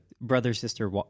brother-sister